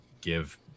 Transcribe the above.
give